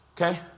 Okay